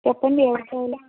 చెప్పండి ఎవరు కావాలి